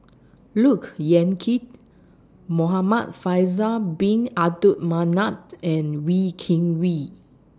Look Yan Kit Muhamad Faisal Bin Abdul Manap and Wee Kim Wee